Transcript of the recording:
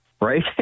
right